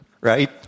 Right